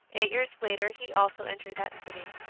eight years later he also entered that city.